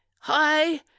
hi